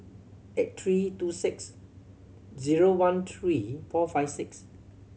eight three two six zero one three four five six